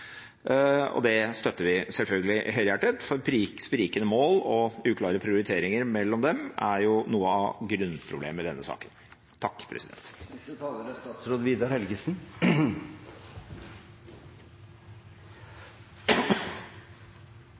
og det støtter vi selvfølgelig helhjertet, for sprikende mål og uklare prioriteringer mellom dem er noe av grunnproblemet i denne saken.